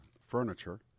furniture